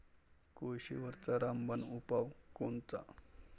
कोळशीवरचा रामबान उपाव कोनचा?